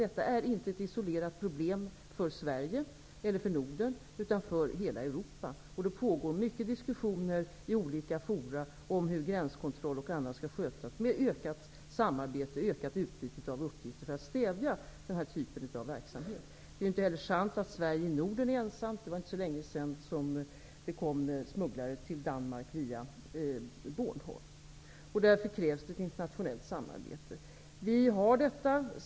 Detta är inte ett isolerat problem för Sverige eller Norden, utan för hela Europa. Det pågår många diskussioner i olika fora om hur gränskontroll och annat skall skötas med ökat samarbete, ökat utbyte av uppgifter för att stävja denna typ av verksamhet. Det är inte heller sant att Sverige är ensamt i Norden om detta problem. Det var inte så länge sedan människor smugglades till Danmark via Bornholm. Därför krävs det ett internationellt samarbete. Vi har detta.